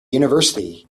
university